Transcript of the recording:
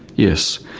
yes,